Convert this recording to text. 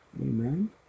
Amen